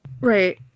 Right